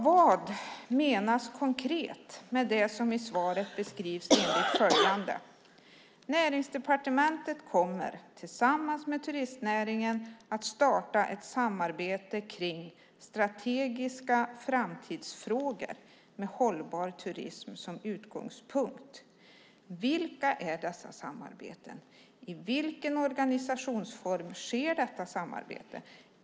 Vad menas konkret med det som i svaret beskrivs på följande sätt: "Näringsdepartementet kommer tillsammans med turistnäringen att starta ett samarbete kring strategiska framtidsfrågor med hållbar turism som utgångspunkt." Vilka är dessa samarbeten? I vilken organisationsform sker detta samarbete?